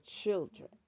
children